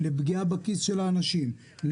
לפגיעה בכיס של האנשים,